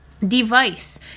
Device